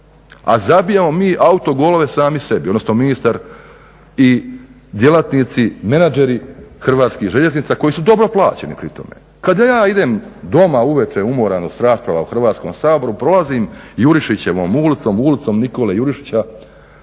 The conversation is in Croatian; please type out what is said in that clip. A zabijamo mi auto golove sami sebi, odnosno ministar i djelatnici, menadžeri HŽ-a koji su dobro plaćeni pri tome. Kada ja idem doma uvečer umoran od rasprava u Hrvatskom saboru, prolazim Jurišićevom ulicom, ulicom Nikole Jurišića,